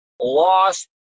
lost